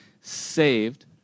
saved